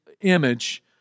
image